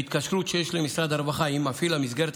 בהתקשרות שיש למשרד הרווחה עם מפעיל המסגרת,